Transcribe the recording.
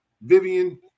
Vivian